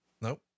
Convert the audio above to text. Nope